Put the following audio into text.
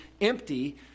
empty